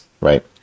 right